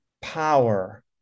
power